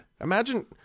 Imagine